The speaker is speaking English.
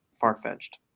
far-fetched